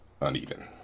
uneven